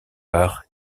par